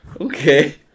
Okay